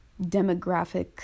Demographic